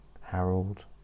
Harold